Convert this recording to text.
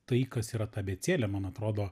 tai kas yra ta abėcėlė man atrodo